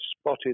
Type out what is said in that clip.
spotted